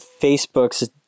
Facebook's